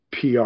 PR